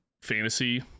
fantasy